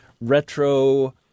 retro